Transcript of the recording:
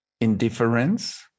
indifference